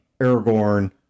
Aragorn